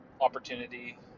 opportunity